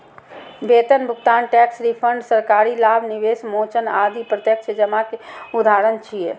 वेतन भुगतान, tax refund, सरकारी लाभ, निवेश मोचन आदि प्रत्यक्ष जमा के उदाहरण छियै